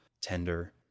tender